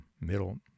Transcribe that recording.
Middle